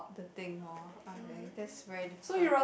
the thing lor I think that's very difficult